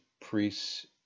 priests